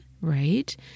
right